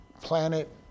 planet